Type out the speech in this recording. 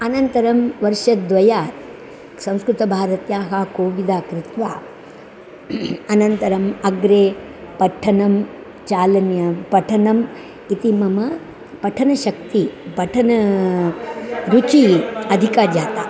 अनन्तरं वर्षद्वयात् संस्कृतभारत्याः कोविदं कृत्वा अनन्तरम् अग्रे पठनं चालनीयं पठनम् इति मम पठनशक्तिः पठनरुचिः अधिका जाता